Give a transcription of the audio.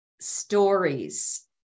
stories